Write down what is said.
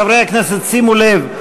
חברי הכנסת, שימו לב,